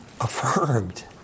Affirmed